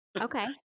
okay